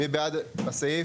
מי בעד הסעיף?